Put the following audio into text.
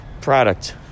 product